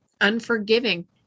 unforgiving